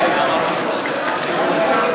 פיצוי בגין אי-מתן מנוחה שבועית),